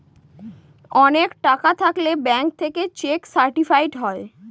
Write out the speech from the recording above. অনেক টাকা থাকলে ব্যাঙ্ক থেকে চেক সার্টিফাইড হয়